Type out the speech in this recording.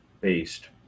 based